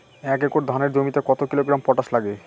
এক একর ধানের জমিতে কত কিলোগ্রাম পটাশ লাগে?